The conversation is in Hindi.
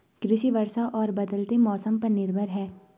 कृषि वर्षा और बदलते मौसम पर निर्भर है